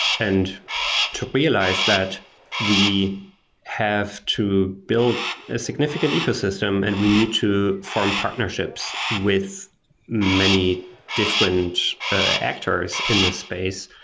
and to realize that we have to build a significant ecosystem and we need to form partnerships with many different actors in this space.